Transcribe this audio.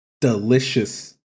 Delicious